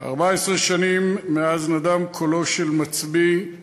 14 שנים מאז נדם קולו של מצביא,